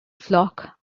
flock